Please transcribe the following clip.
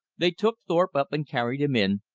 they took thorpe up and carried him in,